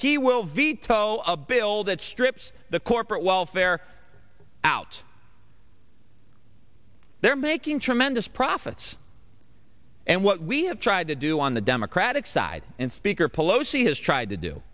he will veto a bill that strips the corporate welfare out there making tremendous profits and what we have tried to do on the democratic side and speaker pelosi has tried to do